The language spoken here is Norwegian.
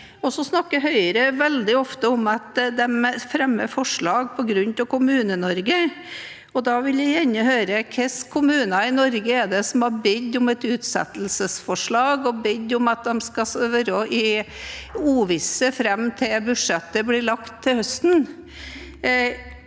Høyre veldig ofte om at de fremmer forslag på vegne av Kommune-Norge. Da vil jeg gjerne høre hvilke kommuner i Norge som har bedt om et utsettelsesforslag og bedt om å få være i uvisse fram til budsjettet blir lagt til høsten.